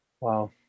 Wow